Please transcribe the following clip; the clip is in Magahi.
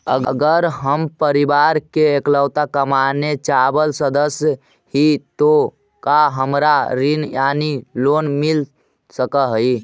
अगर हम परिवार के इकलौता कमाने चावल सदस्य ही तो का हमरा ऋण यानी लोन मिल सक हई?